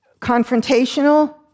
confrontational